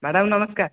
madam ନମସ୍କାର